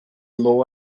law